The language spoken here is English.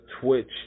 Twitch